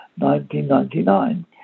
1999